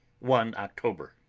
one october.